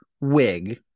wig